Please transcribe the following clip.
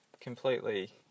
completely